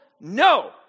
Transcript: No